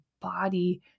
body